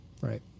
right